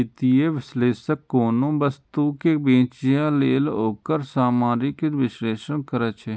वित्तीय विश्लेषक कोनो वस्तु कें बेचय लेल ओकर सामरिक विश्लेषण करै छै